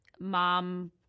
mom